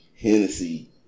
Hennessy